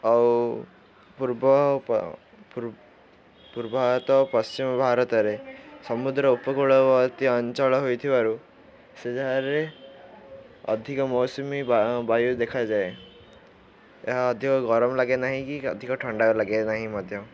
ଆଉ ପୂର୍ବ ପୂର୍ବ ଭାରତ ପଶ୍ଚିମ ଭାରତରେ ସମୁଦ୍ର ଉପକୂଳବର୍ତ୍ତୀ ଅଞ୍ଚଳ ହୋଇଥିବାରୁ ସେ ଯାହାର ଅଧିକ ମୌସୁମୀ ବାୟୁ ଦେଖାଯାଏ ଏହା ଅଧିକ ଗରମ ଲାଗେ ନାହିଁ କି ଅଧିକ ଥଣ୍ଡା ଲାଗେ ନାହିଁ ମଧ୍ୟ